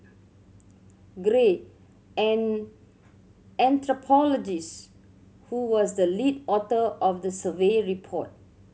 gray an anthropologist who was the lead author of the survey report